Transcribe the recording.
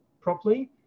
properly